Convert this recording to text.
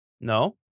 no